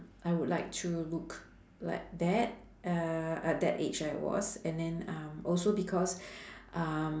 I would like to look like that uh at that age I was and then uh also because um